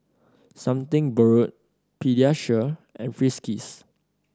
Something Borrowed Pediasure and Friskies